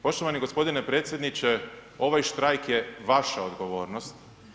Poštovani gospodine predsjedniče, ovaj štrajk je vaša odgovornost.